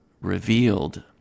revealed